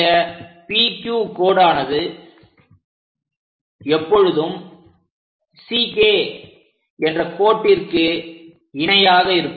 இந்த PQ கோடானது எப்பொழுதும் CK என்ற கோட்டிற்கு இணையாக இருக்கும்